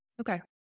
Okay